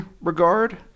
regard